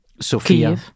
Sofia